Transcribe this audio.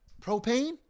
propane